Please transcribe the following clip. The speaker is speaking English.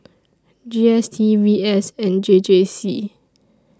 G S T V S and J J C